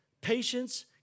patience